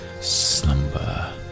slumber